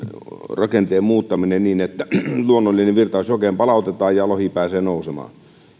rakenteen muuttaminen niin että luonnollinen virtaus jokeen palautetaan ja lohi pääsee nousemaan